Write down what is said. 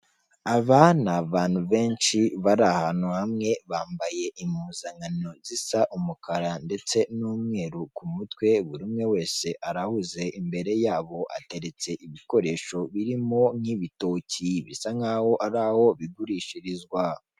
Abana n'abantu benshi bari ahantu hamwe bambaye impuzankano zisa umukara ndetse n'umweru ku mutwe buri umwe wese arahuze imbere yabo hateretse ibikoresho birimo nk'ibitoki bisa nkaho ari aho bigurishirizwa.